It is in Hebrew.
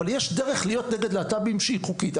אבל יש דרך להיות נגד להט"בים שהיא חוקית,